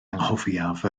anghofiaf